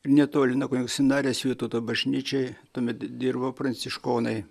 netoli nuo kunigų seminarijos vytauto bažnyčioj tuomet dirbo pranciškonai